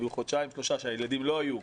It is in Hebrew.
היו חודשיים-שלושה שהילדים לא היו,